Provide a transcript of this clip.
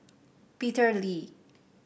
Peter Lee